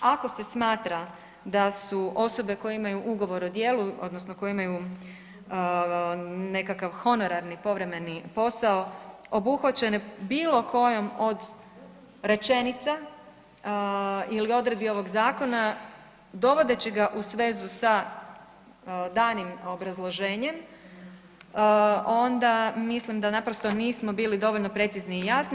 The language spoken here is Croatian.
Ako se smatra da su osobe koje imaju ugovor o djelu, odnosno koje imaju nekakav honorarni povremeni posao obuhvaćene bilo kojom od rečenica ili odredbi ovog zakona dovodeći ga u svezu sa danim obrazloženjem onda mislim da naprosto nismo bili dovoljno precizni i jasni.